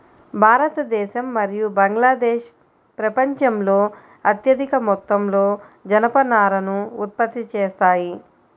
భారతదేశం మరియు బంగ్లాదేశ్ ప్రపంచంలో అత్యధిక మొత్తంలో జనపనారను ఉత్పత్తి చేస్తాయి